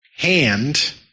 hand